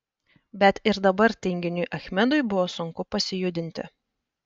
bet ir dabar tinginiui achmedui buvo sunku pasijudinti